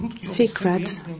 secret